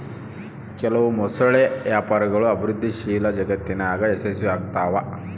ಕೆಲವು ಮೊಸಳೆ ವ್ಯಾಪಾರಗಳು ಅಭಿವೃದ್ಧಿಶೀಲ ಜಗತ್ತಿನಾಗ ಯಶಸ್ವಿಯಾಗ್ತವ